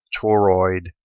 toroid